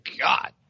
God